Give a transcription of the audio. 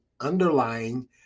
underlying